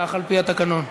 כך על-פי התקנון.